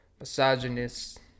misogynist